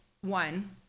one